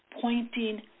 pointing